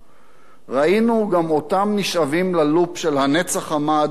ראינו גם אותם נשאבים ללופ של הנץ החמה עד צאת הנשמה.